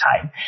time